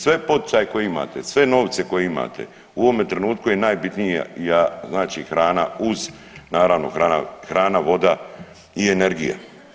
Sve poticaje koje imate, sve novce koje imate u ovome trenutku je najbitnija znači hrana uz naravno hrana, voda i energija.